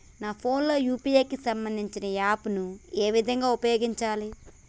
నా ఫోన్ లో యూ.పీ.ఐ కి సంబందించిన యాప్ ను ఏ విధంగా ఉపయోగించాలి?